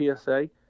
PSA